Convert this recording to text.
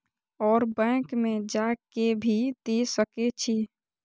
और बैंक में जा के भी दे सके छी?